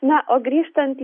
na o grįžtant į